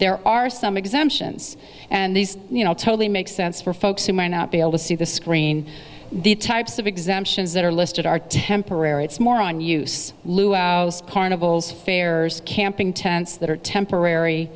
there are some exemptions and these you know it totally makes sense for folks who might not be able to see the screen the types of exemptions that are listed are temporary it's more on use luaus carnivals fairs camping tents that are temporary